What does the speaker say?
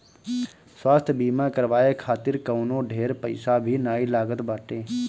स्वास्थ्य बीमा करवाए खातिर कवनो ढेर पईसा भी नाइ लागत बाटे